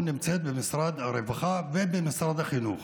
נמצאת במשרד הרווחה ובמשרד החינוך.